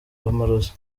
amarozi